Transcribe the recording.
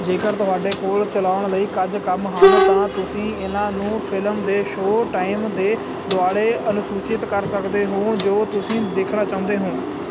ਜੇਕਰ ਤੁਹਾਡੇ ਕੋਲ ਚਲਾਉਣ ਲਈ ਕੁਝ ਕੰਮ ਹਨ ਤਾਂ ਤੁਸੀਂ ਇਹਨਾਂ ਨੂੰ ਫਿਲਮ ਦੇ ਸ਼ੋਅ ਟਾਈਮ ਦੇ ਦੁਆਲੇ ਅਨਸੂਚਿਤ ਕਰ ਸਕਦੇ ਹੋ ਜੋ ਤੁਸੀਂ ਦੇਖਣਾ ਚਾਹੁੰਦੇ ਹੋ